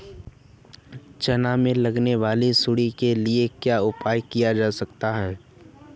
चना में लगने वाली सुंडी के लिए क्या उपाय किया जा सकता है?